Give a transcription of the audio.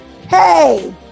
Hey